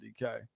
DK